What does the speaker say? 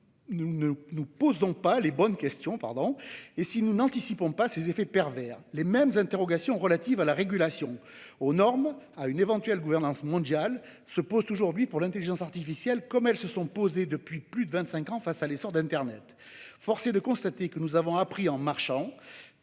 nous ne nous posons pas les bonnes questions et si nous n'anticipons pas ses effets pervers. Les mêmes interrogations relatives à la régulation, aux normes et à une éventuelle gouvernance mondiale se posent aujourd'hui pour l'intelligence artificielle, comme elles se posent depuis plus de vingt-cinq ans face à l'essor d'internet. Force est de constater que nous avons appris en marchant.